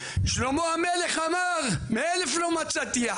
שלמה המלך אמר שאדם אחד מאלף לא מצאתי,